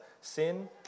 sin